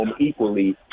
equally